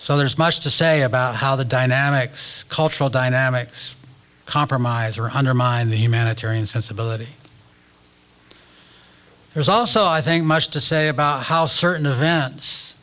so there's much to say about how the dynamics cultural dynamics compromise or undermine the humanitarian sensibility there's also i think much to say about how certain events